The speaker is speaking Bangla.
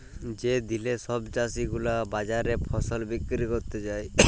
যে দিলে সব চাষী গুলা বাজারে ফসল বিক্রি ক্যরতে যায়